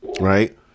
Right